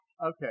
Okay